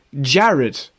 Jared